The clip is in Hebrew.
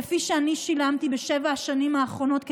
כפי שאני שילמתי בשבע השנים האחרונות,